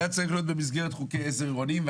היה צריך להיות במסגרת חוקי עזר עירוניים,